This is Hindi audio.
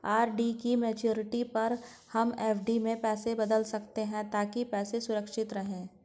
आर.डी की मैच्योरिटी पर हम एफ.डी में बदल सकते है ताकि पैसे सुरक्षित रहें